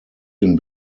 den